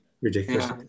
ridiculous